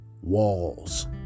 walls